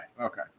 Okay